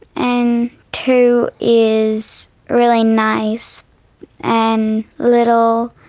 and two is really nice and little,